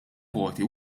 voti